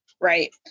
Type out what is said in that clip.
right